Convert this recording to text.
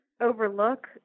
overlook